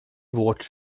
vårt